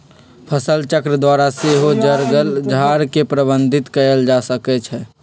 फसलचक्र द्वारा सेहो जङगल झार के प्रबंधित कएल जा सकै छइ